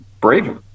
brave